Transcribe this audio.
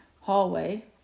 hallway